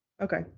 Okay